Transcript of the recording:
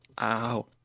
ow